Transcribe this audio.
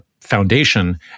Foundation